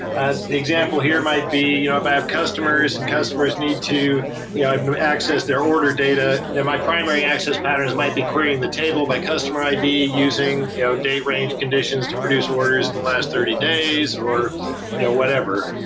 and the example here might be you know if i have customers and customers need to yeah you know access their order data, then my primary access patterns might be querying the table by customer id using yeah day range conditions to produce orders in the last thirty days or yeah whatever.